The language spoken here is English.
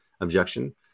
objection